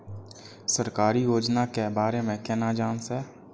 सरकारी योजना के बारे में केना जान से?